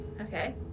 Okay